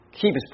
keep